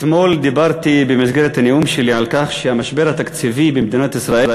אתמול דיברתי במסגרת הנאום שלי על כך שהמשבר התקציבי במדינת ישראל